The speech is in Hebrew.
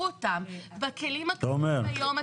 אותם בכלים התכנוניים הקיימים היום,